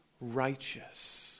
righteous